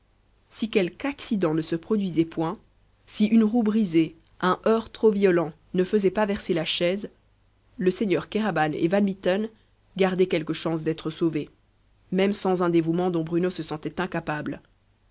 si quelque accident ne se produisait point si une roue brisée un heurt trop violent ne faisaient pas verser la chaise le seigneur kéraban et van mitten gardaient quelque chance d'être sauvés même sans un dévouement dont bruno se sentait incapable